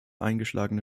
eingeschlagene